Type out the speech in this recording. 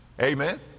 Amen